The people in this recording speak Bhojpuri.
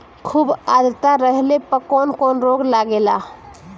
खुब आद्रता रहले पर कौन कौन रोग लागेला?